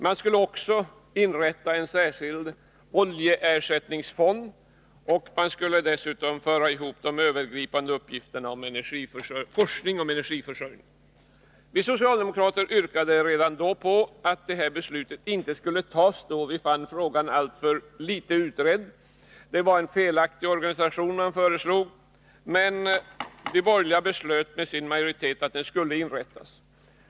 Man skulle också inrätta en särskild oljeersättningsfond och dessutom föra ihop de övergripande uppgifterna om forskning om energiförsörjningen. Vi socialdemokrater yrkade redan då att ett sådant beslut inte skulle fattas vid den tidpunkten. Vi fann frågan alltför litet utredd och att den organisation man föreslog var felaktig. Men de borgerliga beslöt med sin majoritet att verket skulle inrättas.